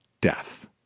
Death